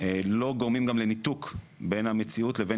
לא גורמים גם לניתוק בין המציאות לבין